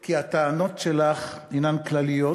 כי הטענות שלך הן כלליות,